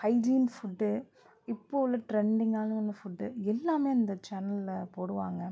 hygiene food இப்போ உள்ள ட்ரெண்டிங்கான நம்ம ஃபுட்டு எல்லாம் அந்த சேனலில் போடுவாங்க